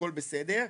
הכול בסדר.